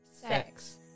Sex